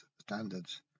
standards